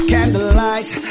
Candlelight